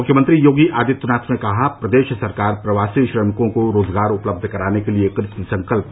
मुख्यमंत्री योगी आदित्यनाथ ने कहा प्रदेश सरकार प्रवासी श्रमिकों को रोजगार उपलब्ध कराने के लिए कृतसंकल्प